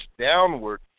downward